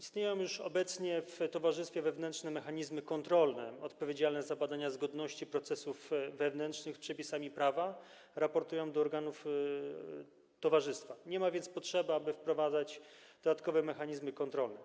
Istnieją już obecnie w towarzystwie wewnętrzne mechanizmy kontrolne odpowiedzialne za badania zgodności procesów wewnętrznych z przepisami prawa, raportują do organów towarzystwa, nie ma więc potrzeby, aby wprowadzać dodatkowe mechanizmy kontrolne.